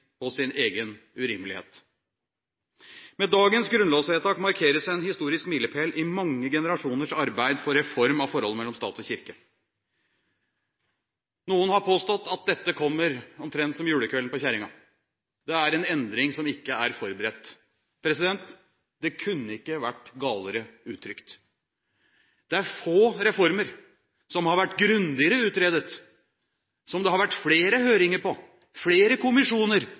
sin egen urimelighet. Med dagens grunnlovsvedtak markeres en historisk milepæl i mange generasjoners arbeid for reform av forholdet mellom stat og kirke. Noen har påstått at dette kommer omtrent som julekvelden på kjerringa – det er en endring som ikke er forberedt. Det kunne ikke vært galere uttrykt. Det er få reformer som har vært grundigere utredet, som det har vært flere høringer på, flere kommisjoner